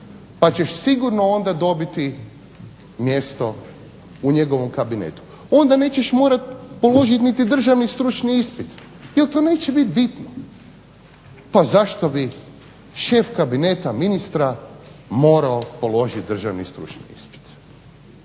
pa ćeš sigurno dobiti mjesto u njegovom kabinetu, onda nećeš morati položiti niti državni stručni ispit jer to neće biti bitno, pa zašto bi šef kabineta ministra morao položiti državni stručni ispit,